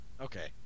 Okay